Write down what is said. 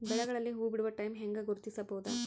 ಬೆಳೆಗಳಲ್ಲಿ ಹೂಬಿಡುವ ಟೈಮ್ ಹೆಂಗ ಗುರುತಿಸೋದ?